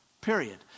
period